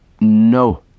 No